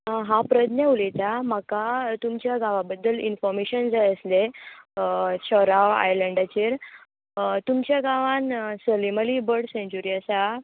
आं हांव प्रदज्ञा उलयता म्हाका तुमच्या गांवा बद्दाल एनफोर्मेशन जाय आसलें शराव आयलेंडाचेर तुमच्या गांवांन सलीम अली बर्ड सेंचरी आसा